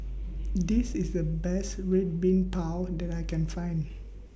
This IS The Best Red Bean Bao that I Can Find